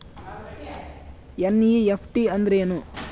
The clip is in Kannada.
ಎನ್.ಇ.ಎಫ್.ಟಿ ಅಂದ್ರೆನು?